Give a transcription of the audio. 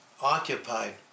occupied